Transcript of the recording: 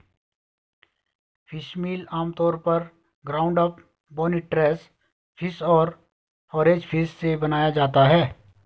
fishmeal आमतौर पर ground up, bony trash fish और फोरेज फिश से बनाया जाता है